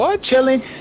chilling